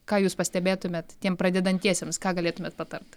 ką jūs pastebėtumėt tiem pradedantiesiems ką galėtumėt patart